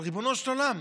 אבל ריבונו של עולם,